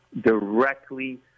directly